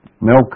milk